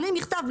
בלי מכתב,